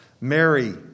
Mary